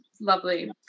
lovely